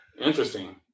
interesting